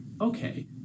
okay